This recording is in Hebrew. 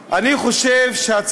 וראיתי שבמסגרת הנוכחית,